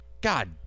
god